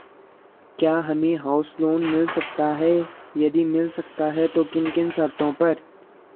क्या हमें house loan मिल सकता है यदि मिल सकता है तो किन किन शर्तों पर?